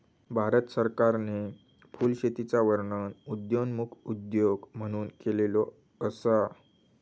भारत सरकारने फुलशेतीचा वर्णन उदयोन्मुख उद्योग म्हणून केलेलो असा